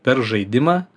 per žaidimą